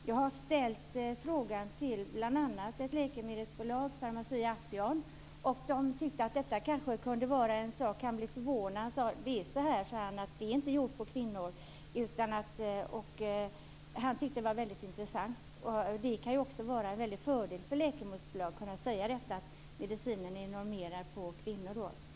Jag har ställt frågan till bl.a. ett läkemedelsbolag, Pharmacia & Upjohn, och där tyckte man att detta kunde vara något att tänka på. Där blev man förvånad och sade att doseringen inte är avpassad för kvinnor. Man tyckte att det var väldigt intressant. Det kan också vara en fördel för ett läkemedelsbolag att kunna säga att medicindoseringen är normerad för kvinnor.